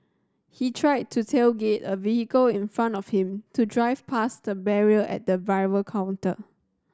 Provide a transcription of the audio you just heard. he tried to tailgate a vehicle in front of him to drive past a barrier at the arrival counter